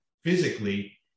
physically